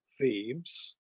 Thebes